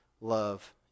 love